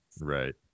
Right